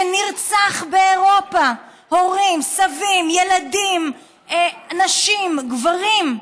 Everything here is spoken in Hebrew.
שנרצח באירופה, הורים, סבים, ילדים, נשים, גברים.